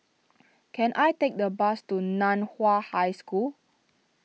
can I take the bus to Nan Hua High School